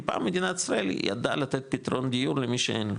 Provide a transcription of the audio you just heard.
כי פעם מדינת ישראל ידעה לתת פתרון דיור למי שאין,